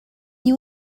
you